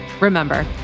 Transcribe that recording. Remember